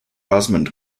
osmond